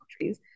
countries